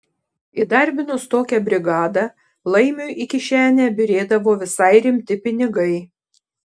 įdarbinus tokią brigadą laimiui į kišenę byrėdavo visai rimti pinigai